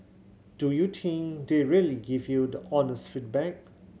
do you think they really give you the honest feedback